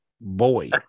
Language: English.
boy